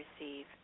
receive